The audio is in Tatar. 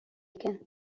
икән